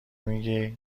میگی